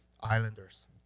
islanders